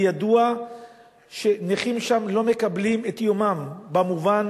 וידוע שנכים שם לא מקבלים את יומם במובן